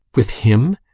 with him?